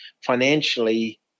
Financially